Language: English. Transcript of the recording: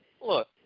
Look